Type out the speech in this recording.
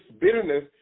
bitterness